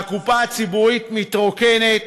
והקופה הציבורית מתרוקנת.